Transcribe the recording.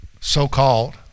so-called